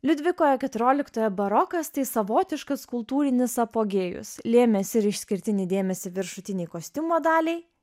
liudvikojo keturioliktoje barokas tai savotiškas kultūrinis apogėjus lėmęs ir išskirtinį dėmesį viršutinei kostiumo daliai